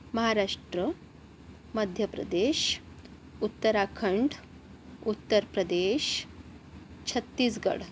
Maharashtra Madhya Pradesh Uttarakhand Uttar Pradesh Chhattisgarh